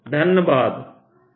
B0K2 x यदि z0 B 0K2 x यदि z0